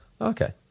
okay